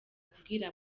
kubwira